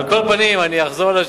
אתה חושב שלא?